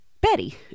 Betty